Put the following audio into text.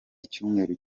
icyumweru